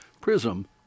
PRISM